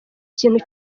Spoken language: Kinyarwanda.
kintu